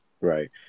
Right